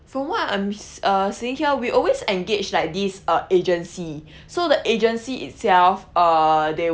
from what I'm s~ uh seeing here we always engage like these uh agency so the agency itself err they